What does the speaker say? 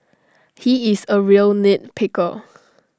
he is A real nit picker